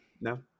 no